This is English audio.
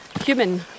human